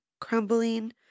crumbling